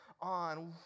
on